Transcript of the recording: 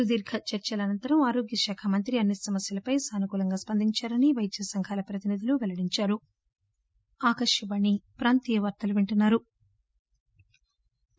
సుదీర్ఘ చర్చల అనంతరం ఆరోగ్య శాఖ మంత్రి అన్ని సమస్యలపై సానుకూలంగా స్పందించారని వైద్య సంఘాల ప్రతినిధులు పెల్లడించారు